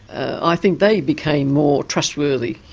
i think they became more trustworthy